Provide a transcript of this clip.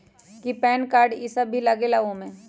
कि PAN card इ सब भी लगेगा वो में?